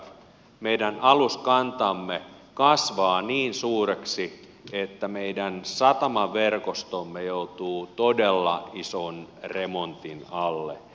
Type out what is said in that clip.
meidän aluskantamme kasvaa niin suureksi että meidän satamaverkostomme joutuu todella ison remontin alle